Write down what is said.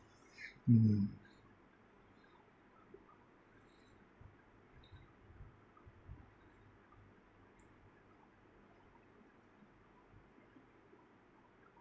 mmhmm